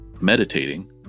meditating